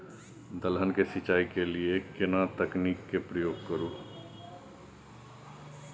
दलहन के सिंचाई के लिए केना तकनीक के प्रयोग करू?